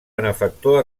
benefactor